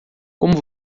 como